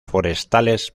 forestales